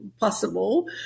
possible